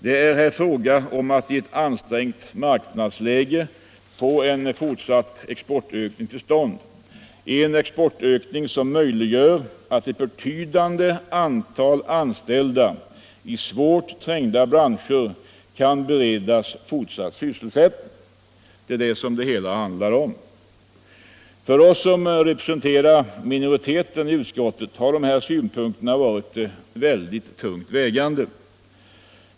Det är här fråga om att i ett ansträngt marknadsläge få till stånd en fortsatt exportökning — en exportökning som möjliggör att ett betydande antal anställda i svårt trängda branscher kan beredas fortsatt sysselsättning. Det är detta frågan gäller. För oss som representerar minoriteten i utskottet har dessa synpunkter varit tungt vägande.